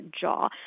jaw